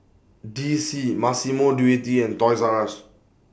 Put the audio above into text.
D C Massimo Dutti and Toys R US